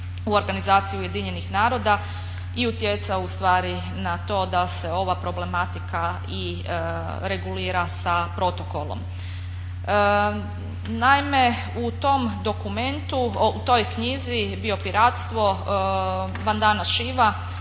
u organizaciji UN-a i utjecao u stvari na to da se ova problematika regulira sa protokolom. Naime, u tom dokumentu, u toj knjizi Biopiratstvo Vandana Shiva